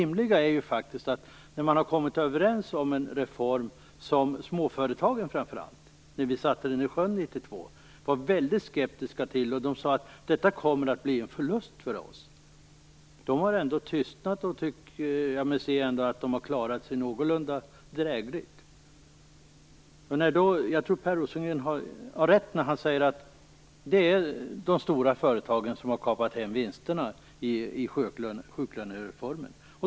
Man har ju kommit överens om en reform som framför allt småföretagen var väldigt skeptiska till när den sattes i sjön 1992. Småföretagarna sade då att detta skulle komma att bli en förlust för dem, men de har nu tystnat, och jag tycker mig se att de har klarat sig någorlunda drägligt. Jag tror att Per Rosengren har rätt när han säger att det är de stora företagen som har kapat hem vinsterna genom sjuklönereformen.